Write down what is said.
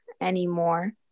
anymore